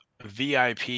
VIP